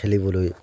খেলিবলৈ